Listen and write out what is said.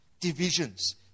divisions